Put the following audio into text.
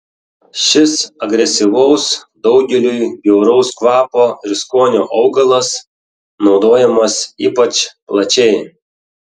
šis agresyvaus daugeliui bjauraus kvapo ir skonio augalas naudojamas ypač plačiai